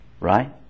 Right